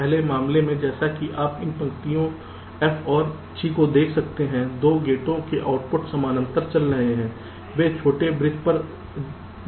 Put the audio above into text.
पहले मामले में जैसा कि आप इन पंक्तियों F और G को देख सकते हैं 2 गेटो के आउटपुट समानांतर चल रहे हैं वे छोटे ब्रिज पा रहे हैं